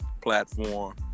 platform